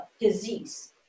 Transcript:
disease